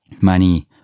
money